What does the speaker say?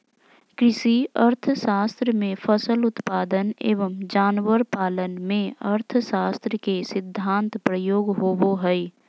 कृषि अर्थशास्त्र में फसल उत्पादन एवं जानवर पालन में अर्थशास्त्र के सिद्धान्त प्रयोग होबो हइ